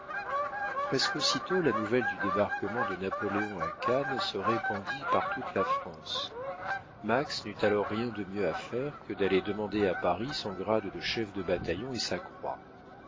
presque aussitôt la nouvelle du débarquement de napoléon à cannes se répandit par toute la france max n'eut alors rien de mieux à faire que d'aller demander à paris son grade de chef de bataillon et sa croix